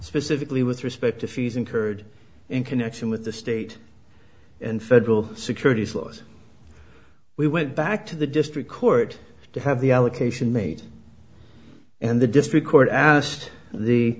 specifically with respect to fees incurred in connection with the state and federal securities laws we went back to the district court to have the allocation made and the district court asked the